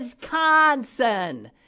Wisconsin